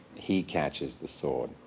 he catches the sword,